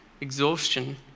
exhaustion